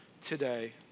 today